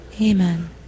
Amen